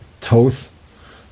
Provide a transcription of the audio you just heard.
Toth